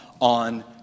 on